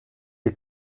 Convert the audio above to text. die